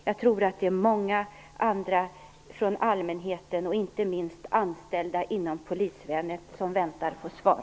Jag tror att det är många andra bland allmänheten, inte minst anställda inom polisväsendet, som väntar på svar.